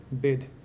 bid